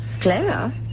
Clara